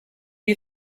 you